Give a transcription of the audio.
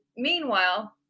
Meanwhile